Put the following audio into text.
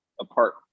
apart